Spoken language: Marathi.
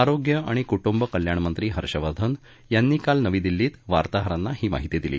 आरोग्य आणि कुटुंब कल्याणमंत्री हर्षवर्धन यांनी काल नवी दिल्ली इथं वार्ताहरांना ही माहिती दिली